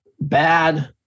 bad